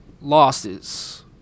losses